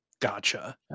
gotcha